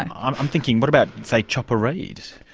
um i'm thinking, what about, say chopper read?